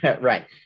right